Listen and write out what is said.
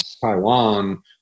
Taiwan